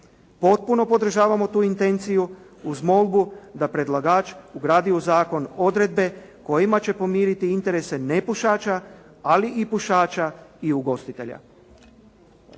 Potpuno podržavamo tu intenciju uz molbu da predlagač ugradi u zakon odredbe kojima će pomiriti interese nepušača, ali i pušača i ugostitelja.